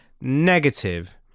negative